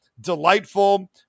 delightful